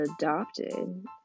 adopted